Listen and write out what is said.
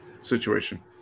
situation